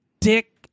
dick